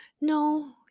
No